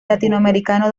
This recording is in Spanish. latinoamericano